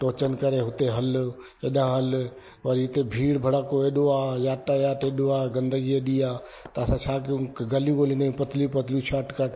टोचन करे उते हलु हेॾांहं हल वरी हिते भीड़ भड़ाको एॾो आहे यातायात एॾो आहे गंदिगी एॾी आहे त असां छा कयऊं गलियूं गलियूं आहिनि पतिलियूं पतिलियूं शॉटकट